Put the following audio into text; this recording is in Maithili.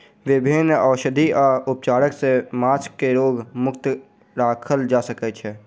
विभिन्न औषधि आ उपचार सॅ माँछ के रोग मुक्त राखल जा सकै छै